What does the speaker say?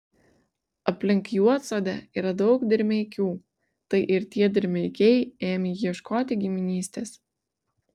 aplink juodsodę yra daug dirmeikių tai ir tie dirmeikiai ėmė ieškoti giminystės